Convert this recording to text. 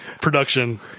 production